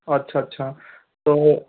अच्छा अच्छा तो